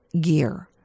gear